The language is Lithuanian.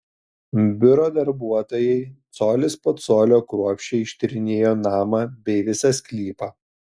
biuro darbuotojai colis po colio kruopščiai ištyrinėjo namą bei visą sklypą